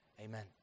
amen